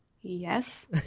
yes